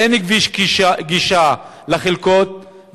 אין כביש גישה לחלקות,